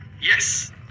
yes